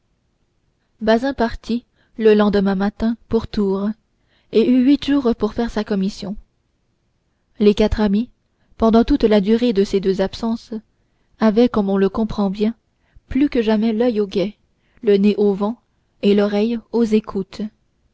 bazin partit le lendemain matin pour tours et eut huit jours pour faire sa commission les quatre amis pendant toute la durée de ces deux absences avaient comme on le comprend bien plus que jamais l'oeil au guet le nez au vent et l'oreille aux écoutes